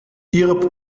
ihre